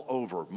over